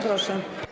Proszę.